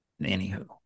Anywho